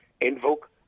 invoke